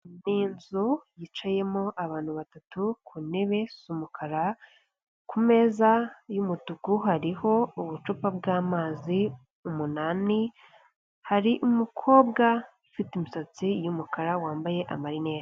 Ninzu yicayemo abantu batatu kuntebe z'umukara kumeza y'umutuku hariho ubucupa bwamazi umunani, hari umukobwa ufite imisatsi yumukara wambaye amarinete.